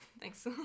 Thanks